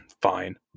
Fine